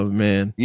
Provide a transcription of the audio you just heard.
man